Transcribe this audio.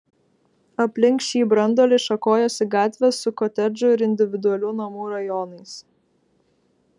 aplink šį branduolį šakojosi gatvės su kotedžų ir individualių namų rajonais